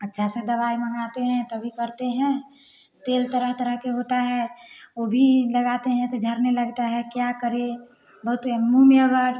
अच्छा से दवाई मंगाते हैं तभी करते हैं तेल तरह तरह के होता है वो भी लगाते हैं तो झड़ने लगता है क्या करें बहुत